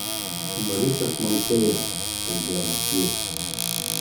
borisas moisejevas kalbėjo maskvietis